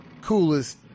coolest